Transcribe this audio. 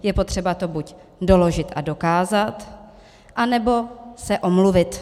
Je potřeba to buď doložit a dokázat, anebo se omluvit.